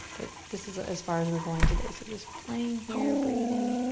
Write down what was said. but this is as far as we're going today, so just playing here, breathing.